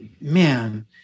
man